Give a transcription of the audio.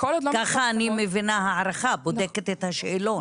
ככה אני מבינה, הערכה, בודקת את השאלון.